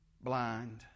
blind